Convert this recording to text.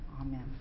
Amen